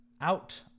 out